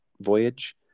voyage